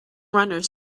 runners